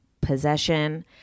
possession